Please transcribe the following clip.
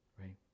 right